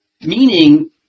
meaning